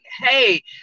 hey